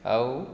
ଆଉ